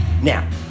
Now